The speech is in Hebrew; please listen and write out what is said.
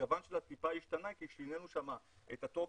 הגוון שלה השתנה כי שינינו שם את התוקף,